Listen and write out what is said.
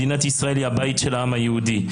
מדינת ישראל היא הבית של העם היהודי,